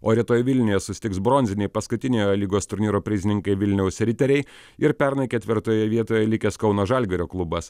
o rytoj vilniuje susitiks bronziniai paskutinėje lygos turnyro prizininkai vilniaus riteriai ir pernai ketvirtoje vietoje likęs kauno žalgirio klubas